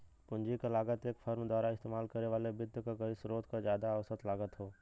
पूंजी क लागत एक फर्म द्वारा इस्तेमाल करे वाले वित्त क कई स्रोत क जादा औसत लागत हौ